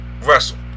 wrestle